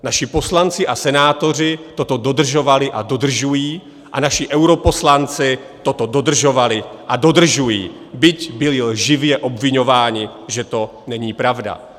Naši poslanci a senátoři toto dodržovali a dodržují a naši europoslanci toto dodržovali a dodržují, byť byli lživě obviňováni, že to není pravda.